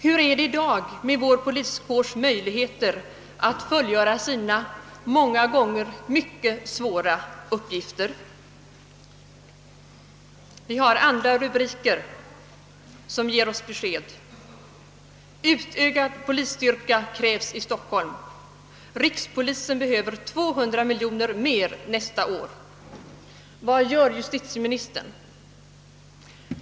Hur är det i dag med vår poliskårs möjligheter att fullgöra sina många gånger mycket svåra uppgifter? Vi har andra rubriker som ger oss besked: »Utökad polisstyrka krävs i Stockholm» »Rikspolisstyrelsen behöver 200 miljoner mer nästa år.» Vad gör justitieministern?